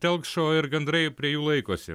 telkšo ir gandrai prie jų laikosi